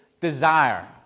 desire